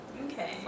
Okay